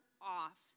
off